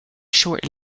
short